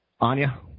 Anya